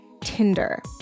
Tinder